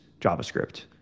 JavaScript